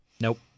nope